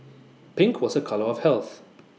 pink was A colour of health